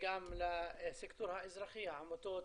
וגם לסקטור האזרחי, לעמותות,